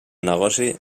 negoci